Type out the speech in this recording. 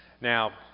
Now